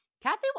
Kathy